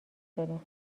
داریم